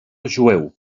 jueu